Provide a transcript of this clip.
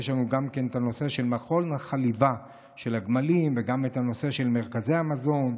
יש גם כן את הנושא של מכון החליבה של הגמלים ואת הנושא של מרכזי המזון,